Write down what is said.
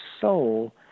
soul